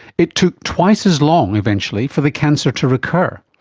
it took twice as long eventually for the cancer to recur,